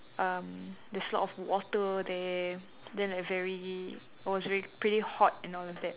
um there's a lot of water there then like very I was very pretty hot and all of that